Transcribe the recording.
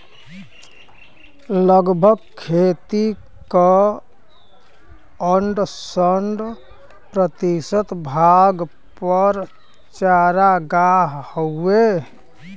लगभग खेती क अड़सठ प्रतिशत भाग पर चारागाह हउवे